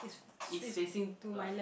is facing like